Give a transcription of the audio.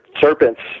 serpents